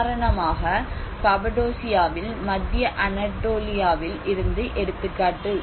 உதாரணமாக கபடோசியாவில் மத்திய அனடோலியாவில் இருந்து எடுத்துக்காட்டு